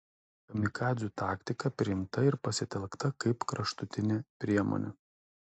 kamikadzių taktika priimta ir pasitelkta kaip kraštutinė priemonė